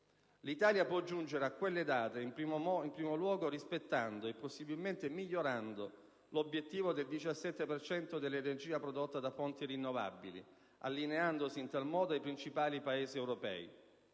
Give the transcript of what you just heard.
L'Italia può giungere a quelle date, in primo luogo, rispettando e possibilmente migliorando l'obiettivo del 17 per cento dell'energia prodotta da fonti rinnovabili, allineandosi in tal modo ai principali Paesi europei,